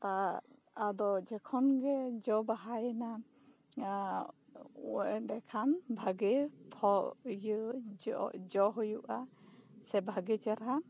ᱟᱫᱚ ᱡᱚᱠᱷᱚᱱ ᱜᱮ ᱡᱚ ᱵᱟᱦᱟ ᱭᱮᱱᱟ ᱮᱸᱰᱮᱠᱷᱟᱱ ᱵᱷᱟᱜᱮ ᱤᱭᱟᱹ ᱡᱚ ᱡᱚ ᱦᱩᱭᱩᱜᱼᱟ ᱥᱮ ᱵᱷᱟᱹᱜᱤ ᱪᱟᱨᱟ